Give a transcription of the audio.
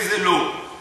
באל-פורעה, מדרום לערד.